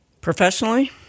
Professionally